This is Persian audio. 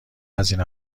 هزینه